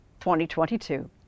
2022